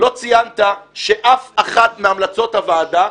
לא ציינת שאף אחת מהמלצות הוועדה,